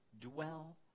dwell